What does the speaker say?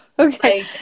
Okay